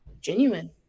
genuine